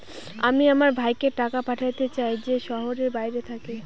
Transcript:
আমি আমার ভাইকে টাকা পাঠাতে চাই যে শহরের বাইরে থাকে